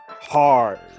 Hard